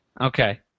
Okay